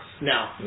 No